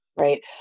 right